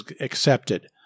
accepted